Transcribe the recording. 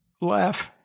laugh